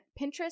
Pinterest